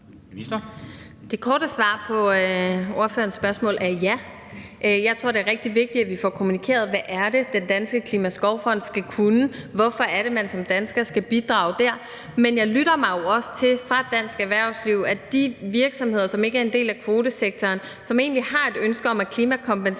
Det korte svar på ordførerens spørgsmål er: Ja. Jeg tror, det er rigtig vigtigt, at vi får kommunikeret, hvad det er, Den Danske Klimaskovfond skal kunne, og hvorfor det er, man som dansker skal bidrage dér. Men jeg lytter mig jo også til fra dansk erhvervsliv, at de virksomheder, som ikke er en del af kvotesektoren, og som egentlig har et ønske om at klimakompensere